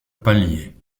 palier